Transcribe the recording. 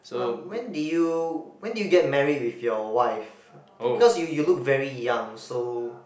um when did you when did you get married with your wife because you you look very young so